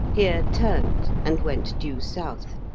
here turned and went due south.